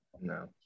no